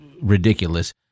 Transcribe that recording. ridiculous